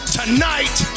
tonight